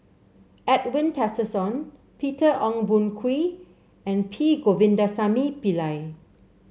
Edwin Tessensohn Peter Ong Boon Kwee and P Govindasamy Pillai